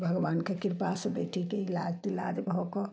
भगबानके कृपा से बेटीके इलाज तिलाज भऽ कऽ